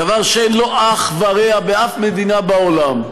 דבר שאין לו אח ורע באף מדינה בעולם,